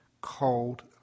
cold